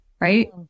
Right